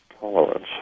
tolerance